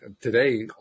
today